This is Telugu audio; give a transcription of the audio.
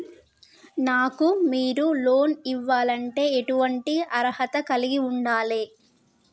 నాకు మీరు లోన్ ఇవ్వాలంటే ఎటువంటి అర్హత కలిగి వుండాలే?